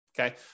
Okay